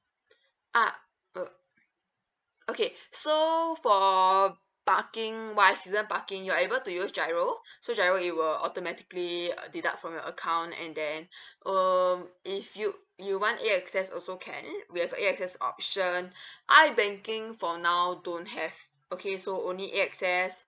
ah uh okay so for parking wise season parking you're able to use GIRO so GIRO it will automatically uh deduct from your account and then um if you you want A_X_S also can we have a A_X_S option ibanking for now don't have okay so only A_X_S